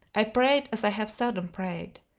i prayed as i have seldom prayed.